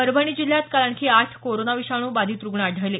परभणी जिल्ह्यात काल आणखी आठ कोरोना विषाणू बाधित रुग्ण आढळले